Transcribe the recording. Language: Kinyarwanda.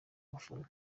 abafana